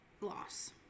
loss